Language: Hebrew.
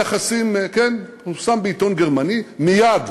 פורסם בעיתון גרמני, מייד